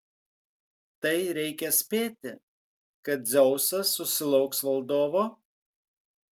tai reikia spėti kad dzeusas susilauks valdovo